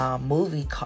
Movie